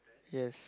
yes